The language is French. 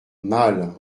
mal